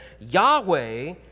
yahweh